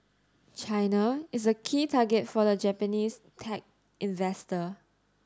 China is a key target for the Japanese tech investor